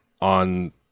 on